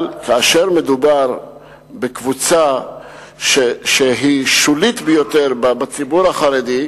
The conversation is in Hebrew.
אבל כאשר מדובר בקבוצה שהיא שולית ביותר בציבור החרדי,